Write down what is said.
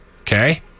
okay